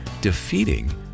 Defeating